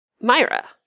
Myra